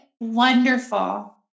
wonderful